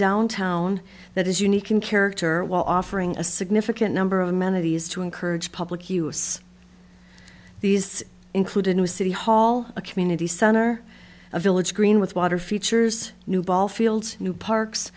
downtown that is unique in character while offering a significant number of amenities to encourage public use these include a new city hall a community center a village green with water features new ball field new parks